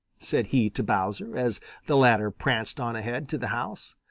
said he to bowser, as the latter pranced on ahead to the house.